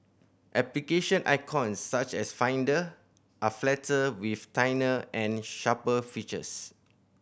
application icons such as Finder are flatter with and sharper features